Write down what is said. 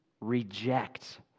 reject